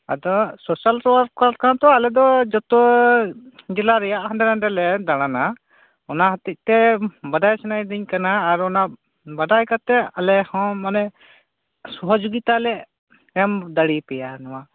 ᱟᱫᱚ ᱥᱚᱥᱟᱞ ᱚᱣᱟᱨᱠᱟᱨ ᱠᱚ ᱫᱚ ᱟᱞᱮ ᱫᱚ ᱡᱚᱛᱚᱻ ᱡᱮᱞᱟ ᱨᱮᱭᱟᱜ ᱦᱟᱸᱰᱮ ᱱᱟᱸᱰᱮ ᱞᱮ ᱫᱟᱲᱟᱱᱟ ᱚᱱᱟ ᱦᱚᱛᱮᱛᱮ ᱢ ᱵᱟᱲᱟᱭ ᱥᱟᱱᱟᱭᱤᱫᱤᱧ ᱠᱟᱱᱟ ᱟᱨ ᱚᱱᱟ ᱵᱟᱲᱟᱭ ᱠᱟᱛᱮᱫ ᱟᱞᱮ ᱦᱚᱸ ᱢᱟᱱᱮ ᱥᱚᱦᱚᱡᱤᱠᱛᱟ ᱞᱮ ᱮᱢ ᱫᱟᱲᱮᱭᱟᱯᱮᱭᱟ ᱱᱚᱶᱟ